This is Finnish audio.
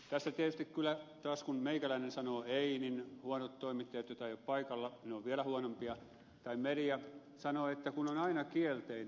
tässä tietysti kyllä taas kun meikäläinen sanoo ei huonot toimittajat joita ei ole paikalla he ovat vielä huonompia tai media sanovat että kun on aina kielteinen